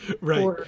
right